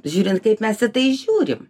žiūrint kaip mes tai žiūrim